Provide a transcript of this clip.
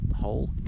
hole